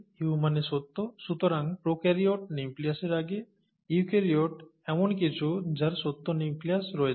you মানে সত্য সুতরাং প্রোক্যারিওট নিউক্লিয়াসের আগে ইউক্যারিওট এমন কিছু যার সত্য নিউক্লিয়াস রয়েছে